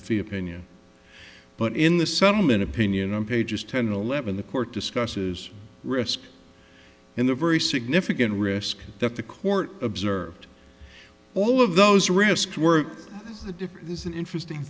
the fi opinion but in the settlement opinion on pages ten eleven the court discusses risk and the very significant risk that the court observed all of those risks were that if this is an interesting